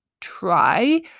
try